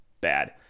bad